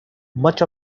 much